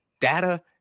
data